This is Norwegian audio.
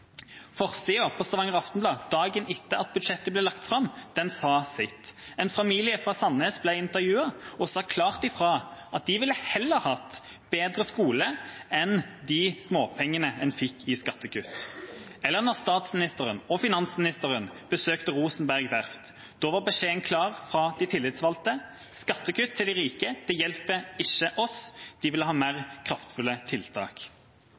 virker. Forsiden på Stavanger Aftenblad dagen etter at budsjettet ble lagt fram, sa sitt. En familie fra Sandnes ble intervjuet og sa klart ifra om at de ville heller hatt bedre skole enn de småpengene en fikk i skattekutt. Og da statsministeren og finansministeren besøkte Rosenberg verft, var beskjeden fra de tillitsvalgte klar: Skattekutt til de rike hjelper ikke oss. De ville ha mer kraftfulle tiltak.